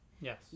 Yes